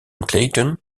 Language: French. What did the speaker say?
clayton